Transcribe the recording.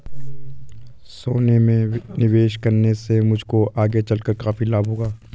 सोने में निवेश करने से तुमको आगे चलकर काफी लाभ होगा